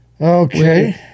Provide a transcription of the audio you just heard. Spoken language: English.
Okay